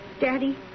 Daddy